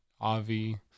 Avi